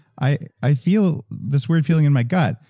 i i feel this weird feeling in my gut.